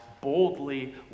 boldly